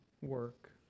work